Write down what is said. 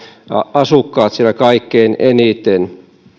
asukkaat kaikkein eniten